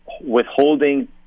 withholding